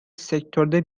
sektörde